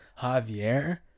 Javier